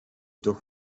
toch